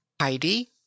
heidi